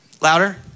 Louder